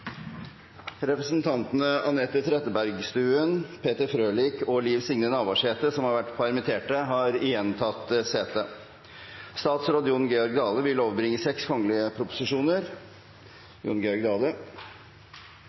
Representantene Anette Trettebergstuen , Peter Frølich og Liv Signe Navarsete , som har vært permitterte, har igjen tatt sete. Representanten Liv Signe Navarsete vil